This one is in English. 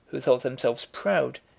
who thought themselves proud,